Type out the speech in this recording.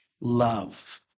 love